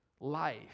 life